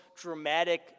dramatic